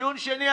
דיון שני,